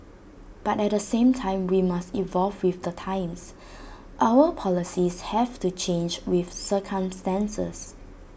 but at the same time we must evolve with the times our policies have to change with circumstances